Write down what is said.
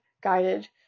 guided